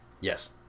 Yes